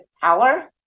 power